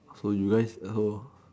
so you guys